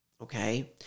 Okay